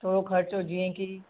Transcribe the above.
थोरो ख़र्चो जीअं की